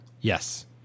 Yes